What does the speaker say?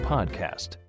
Podcast